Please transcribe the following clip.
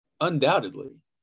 undoubtedly